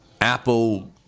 Apple